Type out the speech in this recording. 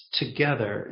together